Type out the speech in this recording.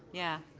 yeah.